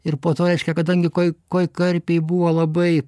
ir po to reiškia kadangi koi koi karpiai buvo labai